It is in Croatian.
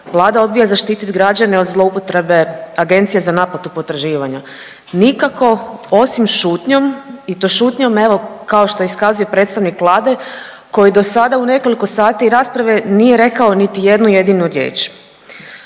Vlada odbija zaštitit građane od zloupotrebe agencije za naplatu potraživanja, nikako osim šutnjom i to šutnjom evo kao što iskazuje predstavnik Vlade koji do sada u nekoliko sati rasprave nije rekao niti jednu jedinu riječ.